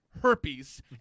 herpes